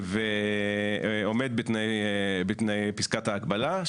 כי הוא אמר שמספיקה התכלית ההצהרתית של